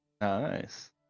Nice